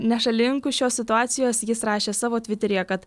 nešalininku šios situacijos jis rašė savo tviteryje kad